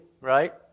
right